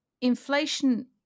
inflation